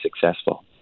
successful